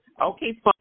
Okay